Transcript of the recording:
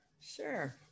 sure